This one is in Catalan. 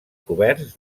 coberts